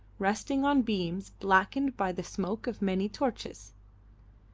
resting on beams blackened by the smoke of many torches.